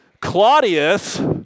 Claudius